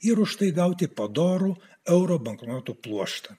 ir už tai gauti padorų euro banknotų pluoštą